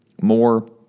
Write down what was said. more